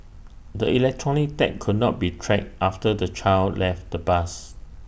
the electronic tag could not be tracked after the child left the bus